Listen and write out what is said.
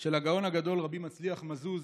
של הגאון הגדול רבי מצליח מאזוז,